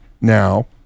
now